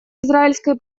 израильской